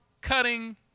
cutting